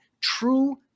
true